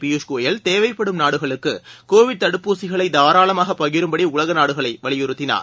பியூஷ் ஊயல் தேவைப்படும் நாடுகளுக்கு கோவிட் தடுப்பூசிகளை தாராளமாக பகிரும்படி உலக நாடுகளை வலியுறுத்தினார்